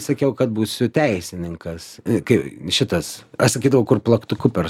sakiau kad būsiu teisininkas kai šitas aš sakydavau kur plaktuku per